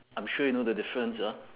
I'm sure you know the difference ah